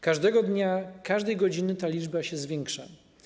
Każdego dnia, każdej godziny ta liczba się zwiększa.